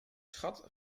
schat